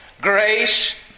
Grace